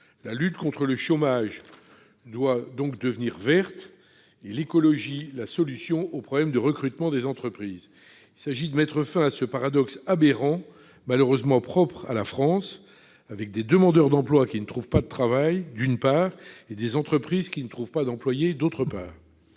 La lutte contre le chômage doit devenir « verte », et l'écologie devenir la solution aux problèmes de recrutement des entreprises ! Il s'agit de mettre fin à ce paradoxe aberrant, malheureusement propre à la France : des demandeurs d'emploi ne trouvent pas de travail et des entreprises ne trouvent pas d'employés ...